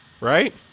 right